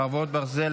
חרבות ברזל),